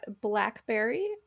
blackberry